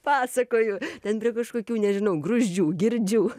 pasakoju ten prie kažkokių nežinau gruzdžių girdžių